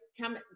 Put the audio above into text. come